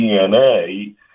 DNA